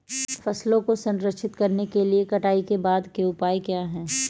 फसल को संरक्षित करने के लिए कटाई के बाद के उपाय क्या हैं?